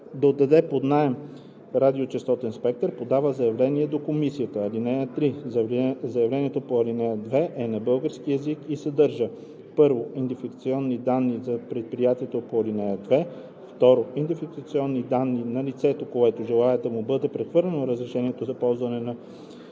отдаде под наем радиочестотен спектър, подава заявление до комисията. (3) Заявлението по ал. 2 е на български език и съдържа: 1. идентификационни данни на предприятието по ал. 2; 2. идентификационни данни на лицето, което желае да му бъде прехвърлено разрешението за ползване на